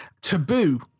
Taboo